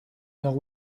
nord